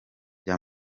bya